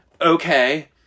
okay